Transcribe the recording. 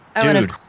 Dude